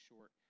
short